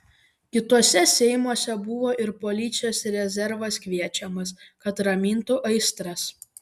kituose seimuose buvo ir policijos rezervas kviečiamas kad ramintų aistras